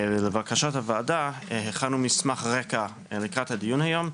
לבקשת הוועדה הכנו מסמך רקע, לקראת הדיון היום,